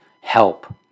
help